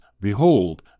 Behold